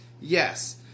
Yes